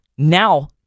Now